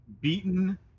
beaten